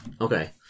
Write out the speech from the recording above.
Okay